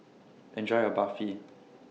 Enjoy your Barfi